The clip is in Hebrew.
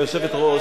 היושבת-ראש,